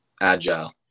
agile